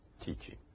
teaching